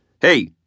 Hey